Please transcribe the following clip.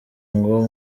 ngo